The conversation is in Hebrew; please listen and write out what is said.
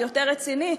ויותר רציני.